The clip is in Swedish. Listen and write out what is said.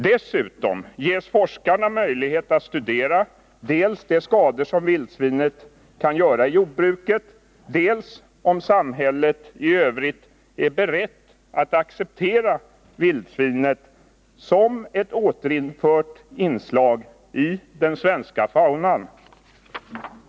Dessutom ges forskarna möjlighet att studera dels de skador som vildsvinet kan göra i jordbruket, dels om samhället i övrigt är berett att acceptera vildsvinet som ett återinfört inslag i den svenska faunan.